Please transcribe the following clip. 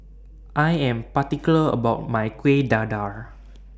I Am particular about My Kuih Dadar